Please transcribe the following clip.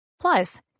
plus